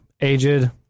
aged